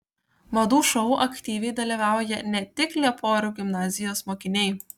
madų šou aktyviai dalyvauja ne tik lieporių gimnazijos mokiniai